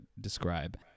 describe